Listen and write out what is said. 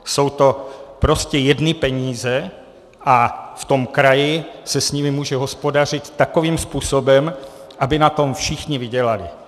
Jsou to prostě jedny peníze a v tom kraji se s nimi může hospodařit takovým způsobem, aby na tom všichni vydělali.